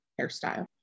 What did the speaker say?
hairstyle